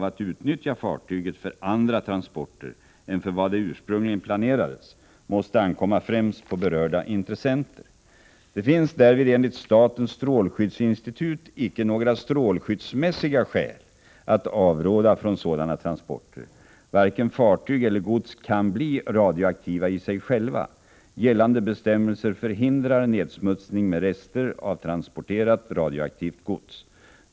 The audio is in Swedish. transporter än vad det ursprungligen planerades för, måste ankomma främst på berörda intressenter. Det finns därvid enligt statens strålskyddsinstitut icke några strålskyddsmässiga skäl att avråda från sådana transporter. Varken fartyg eller gods kan bli radioaktiva i sig själva. Gällande bestämmelser förhindrar nedsmutsning med rester av transporterat radioaktivt gods.